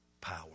power